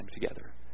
together